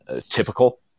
typical